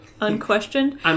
unquestioned